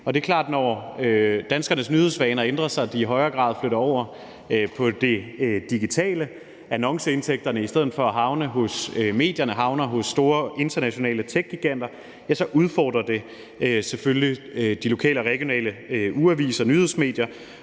Og det er klart, at når danskernes nyhedsvaner ændrer sig og de i højere grad flytter over på det digitale, og når annonceindtægterne i stedet for at havne hos medierne havner hos store internationale techgiganter, udfordrer det selvfølgelig de lokale og regionale ugeaviser og nyhedsmedier.